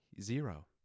Zero